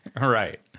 right